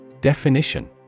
Definition